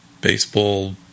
baseball